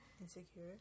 insecure